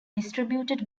distributed